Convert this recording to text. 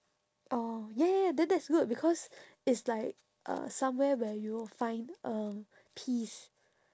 oh ya ya ya that that's good because it's like uh somewhere where you will find um peace